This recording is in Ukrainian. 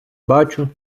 бачу